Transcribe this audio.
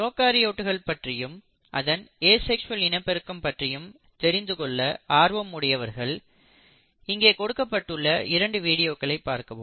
ப்ரோகாரியோட்கள் பற்றியும் அதன் ஏசெக்ஸ்வல் இனப்பெருக்கம் பற்றியும் தெரிந்து கொள்ள ஆர்வம் உடையவர்கள் இங்கே கொடுக்கப்பட்டுள்ள இரண்டு வீடியோக்களை பார்க்கவும்